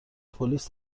پلیس